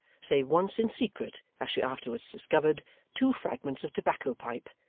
save once in secret as she afterwards discovered two fragments of tobacco-pipe,